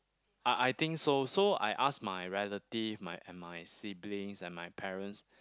I I think so so I ask my relative my and my siblings and my parents